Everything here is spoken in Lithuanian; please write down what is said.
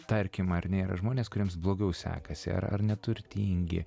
tarkim ar ne yra žmonės kuriems blogiau sekasi ar ar neturtingi